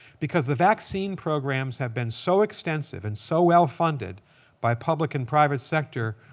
because the vaccine programs have been so extensive and so well funded by public and private sector,